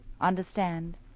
Understand